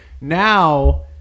now